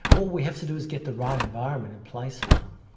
all we have to do is get the right environment in place for them.